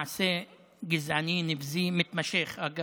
מעשה גזעני נבזי מתמשך, אגב.